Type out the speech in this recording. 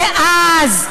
ואז,